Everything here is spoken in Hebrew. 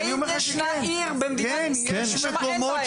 האם ישנה עיר במדינת ישראל ששם אין בעיה?